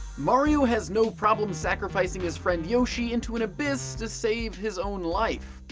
mario has no problem sacrificing his friend yoshi into an abyss to save his own life.